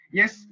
yes